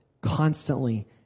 constantly